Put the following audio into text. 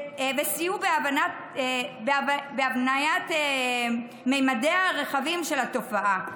וסייעו בהבניית ממדיה הרחבים של התופעה.